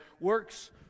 works